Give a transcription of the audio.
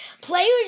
players